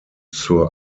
zur